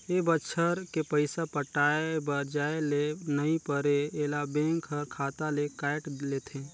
ए बच्छर के पइसा पटाये बर जाये ले नई परे ऐला बेंक हर खाता ले कायट लेथे